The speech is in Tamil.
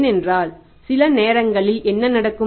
ஏனென்றால் சில நேரங்களில் என்ன நடக்கும்